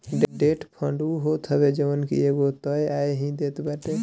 debt fund उ होत हवे जवन की एगो तय आय ही देत बाटे